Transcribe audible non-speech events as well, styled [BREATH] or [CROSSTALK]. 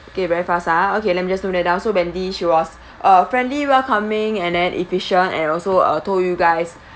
okay very fast ah okay let me just note that down so wendy she was [BREATH] uh friendly welcoming and then efficient and also uh told you guys